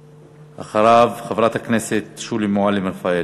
ואחריו, חברת הכנסת שולי מועלם-רפאלי.